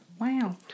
Wow